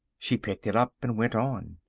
she picked it up and went on.